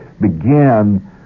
begin